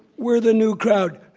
we're the new crowd.